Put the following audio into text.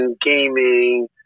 gaming